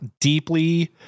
deeply